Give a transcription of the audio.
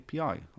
API